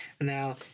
now